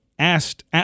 asked